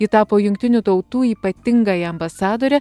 ji tapo jungtinių tautų ypatingąja ambasadore